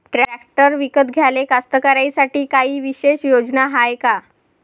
Tractor विकत घ्याले कास्तकाराइसाठी कायी विशेष योजना हाय का?